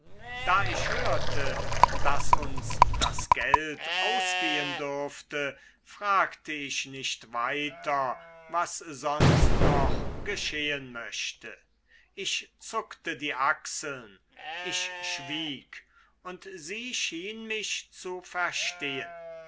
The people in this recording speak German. da ich hörte daß uns das geld ausgehen dürfte fragte ich nicht weiter was sonst noch geschehen möchte ich zuckte die achseln ich schwieg und sie schien mich zu verstehen